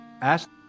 ask